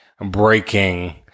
breaking